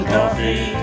Coffee